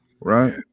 right